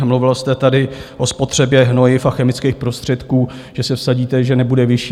Mluvil jste tady o spotřebě hnojiv a chemických prostředků, že se vsadíte, že nebude vyšší.